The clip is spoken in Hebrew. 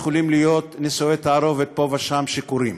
יכולים להיות נישואי תערובת שקורים